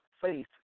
faith